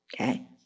Okay